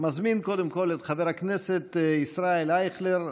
ומזמין קודם כול את חבר הכנסת ישראל אייכלר,